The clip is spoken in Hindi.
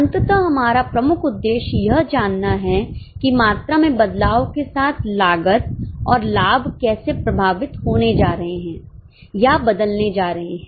अंततः हमारा प्रमुख उद्देश्य यह जानना है कि मात्रा में बदलाव के साथ लागत और लाभ कैसे प्रभावित होने जा रहे हैं या बदलने जा रहे हैं